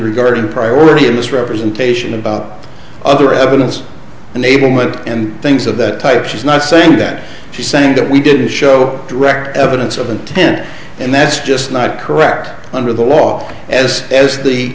regarding priority a misrepresentation about other evidence enablement and things of that type she's not saying that she's saying that we didn't show direct evidence of intent and that's just not correct under the law as as the